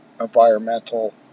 environmental